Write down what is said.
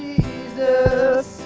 Jesus